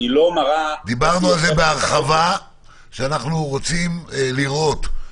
דיברנו בהרחבה על זה שאנחנו רוצים לראות אכיפה,